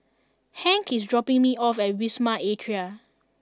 Hank is dropping me off at Wisma Atria